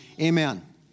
Amen